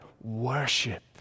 worship